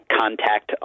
contact